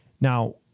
Now